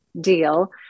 deal